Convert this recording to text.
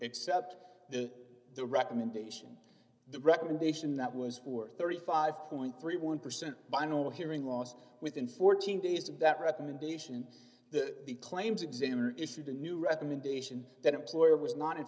accept the the recommendation the recommendation that was worth thirty five point three one percent by no hearing loss within fourteen days of that recommendation that the claims examiner issued a new recommendation that employer was not in